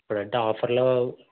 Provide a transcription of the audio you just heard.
ఇప్పుడు అంటే ఆఫర్లో